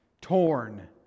torn